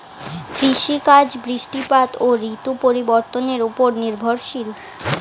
কৃষিকাজ বৃষ্টিপাত ও ঋতু পরিবর্তনের উপর নির্ভরশীল